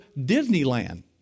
Disneyland